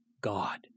God